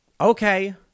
okay